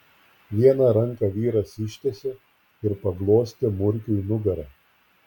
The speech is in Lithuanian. vieną ranką vyras ištiesė ir paglostė murkiui nugarą